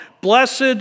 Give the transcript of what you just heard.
Blessed